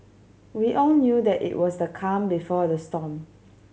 we all knew that it was the calm before the storm